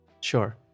sure